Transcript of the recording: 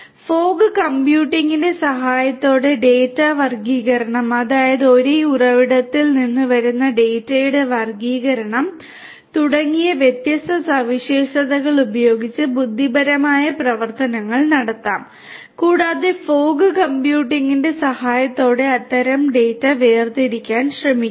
fog കമ്പ്യൂട്ടിംഗിന്റെ സഹായത്തോടെയും data വർഗ്ഗീകരണം അതായത് ഒരേ ഉറവിടത്തിൽ നിന്ന് വരുന്ന ഡാറ്റയുടെ വർഗ്ഗീകരണം തുടങ്ങിയ വ്യത്യസ്ത സവിശേഷതകളും ഉപയോഗിച്ച് ബുദ്ധിപരമായ പ്രവർത്തനങ്ങൾ നടത്താം കൂടാതെ ഫോഗ് കമ്പ്യൂട്ടിംഗിന്റെ സഹായത്തോടെ അത്തരം ഡാറ്റ വേർതിരിക്കാൻ ശ്രമിക്കാം